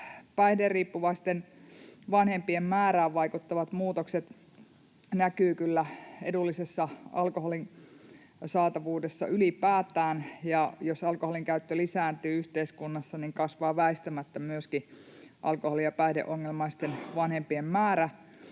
päihderiippuvaisten vanhempien määrään vaikuttavat muutokset näkyvät kyllä edullisessa alkoholin saatavuudessa ylipäätään, ja jos alkoholinkäyttö lisääntyy yhteiskunnassa, niin kasvaa väistämättä myöskin alkoholi- ja päihdeongelmaisten vanhempien määrä,